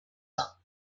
tain